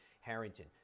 Harrington